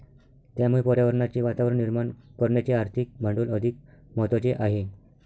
त्यामुळे पर्यावरणाचे वातावरण निर्माण करण्याचे आर्थिक भांडवल अधिक महत्त्वाचे आहे